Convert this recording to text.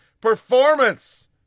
performance